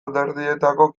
alderdietako